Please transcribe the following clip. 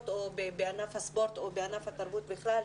או בענף הספורט או בענף התרבות בכלל,